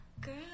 Girl